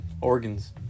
organs